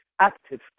active